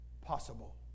possible